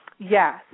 yes